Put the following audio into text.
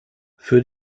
für